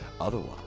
Otherwise